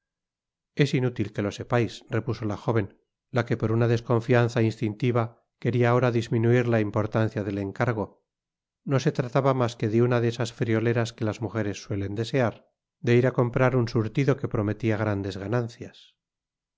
es inútil que lo sepais repuso lajóven la que por una desconfianza instintiva quería ahora disminuir la importancia del encargo no se trataba mas que de una de esas frioleras que las mujeres suelen desear de ir á comprar un surtido que prometía grandes ganancias